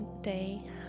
day